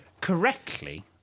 correctly